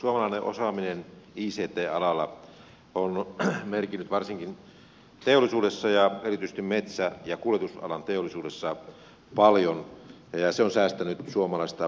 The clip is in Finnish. suomalainen osaaminen ict alalla on merkinnyt varsinkin teollisuudessa ja erityisesti metsä ja kuljetusalan teollisuudessa paljon ja se on säästänyt suomalaista luontoa